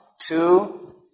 two